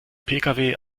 pkw